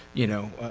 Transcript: you know,